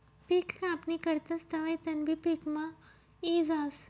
पिक कापणी करतस तवंय तणबी पिकमा यी जास